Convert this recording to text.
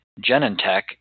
Genentech